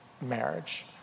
marriage